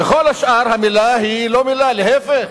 בכל השאר המלה היא לא מלה, להיפך,